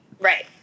Right